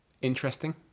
interesting